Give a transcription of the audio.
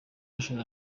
basoje